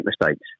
mistakes